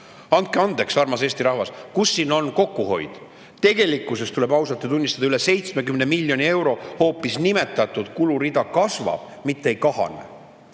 Andke andeks, armas Eesti rahvas, kus siin on kokkuhoid? Tegelikkuses, tuleb ausalt tunnistada, üle 70 miljoni euro nimetatud kulurida hoopis kasvab, mitte ei kahane.